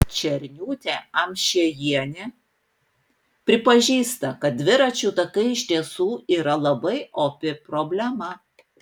černiūtė amšiejienė pripažįsta kad dviračių takai iš tiesų yra labai opi problema